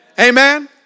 Amen